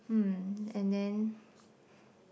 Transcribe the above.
hmm and then